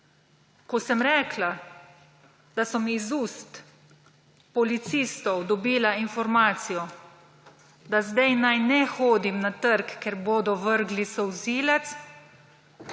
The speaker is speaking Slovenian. Ko sem rekla, da sem iz ust policistov dobila informacijo, da zdaj naj ne hodim na trg, ker bodo vrgli solzivec,